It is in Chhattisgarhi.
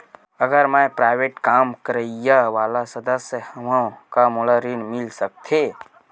अगर मैं प्राइवेट काम करइया वाला सदस्य हावव का मोला ऋण मिल सकथे?